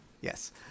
Yes